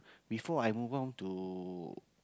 before I move on to